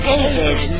David